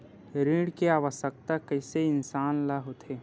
ऋण के आवश्कता कइसे इंसान ला होथे?